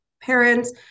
parents